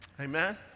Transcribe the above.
Amen